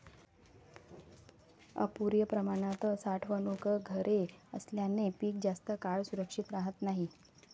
अपुर्या प्रमाणात साठवणूक घरे असल्याने पीक जास्त काळ सुरक्षित राहत नाही